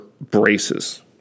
braces